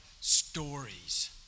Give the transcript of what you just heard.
stories